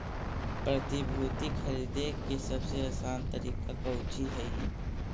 प्रतिभूति खरीदे के सबसे आसान तरीका कउची हइ